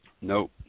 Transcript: nope